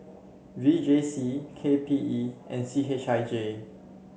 V J C K P E and C H I J